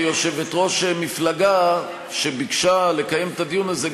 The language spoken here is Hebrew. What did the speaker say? כיושבת-ראש מפלגה שביקשה לקיים את הדיון הזה,